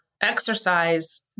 exercise